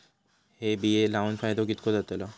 हे बिये लाऊन फायदो कितको जातलो?